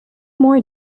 more